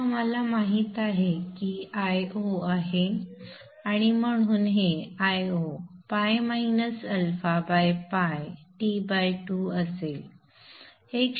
तर आम्हाला माहित आहे की हे Io आहे आणि म्हणून हे Ioπ απ T2 असेल